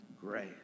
grace